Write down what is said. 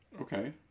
Okay